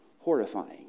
horrifying